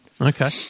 Okay